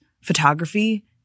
photography